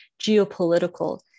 geopolitical